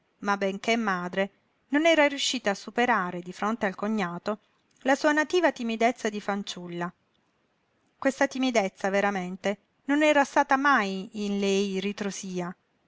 ma benché madre non era riuscita a superare di fronte al cognato la sua nativa timidezza di fanciulla questa timidezza veramente non era stata mai in lei ritrosia